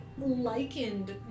likened